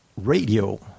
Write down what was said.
radio